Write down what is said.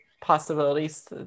possibilities